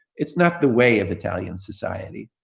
it's not the way of italian society,